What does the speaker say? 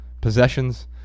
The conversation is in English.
possessions